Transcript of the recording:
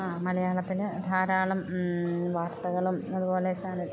ആ മലയാളത്തിൽ ധാരാളം വാർത്തകളും അതു പോലെ ചാനൽ